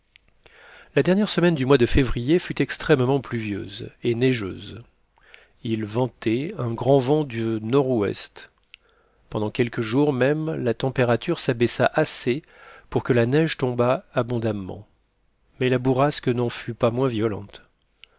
la dernière semaine du mois de février fut extrêmement pluvieuse et neigeuse il ventait un grand vent de nord-ouest pendant quelques jours même la température s'abaissa assez pour que la neige tombât abondamment mais la bourrasque n'en fut pas moins violente